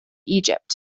egypt